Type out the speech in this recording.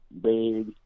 big